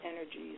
energies